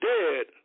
dead